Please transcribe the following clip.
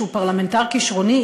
שהוא פרלמנטר כישרוני,